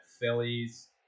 Phillies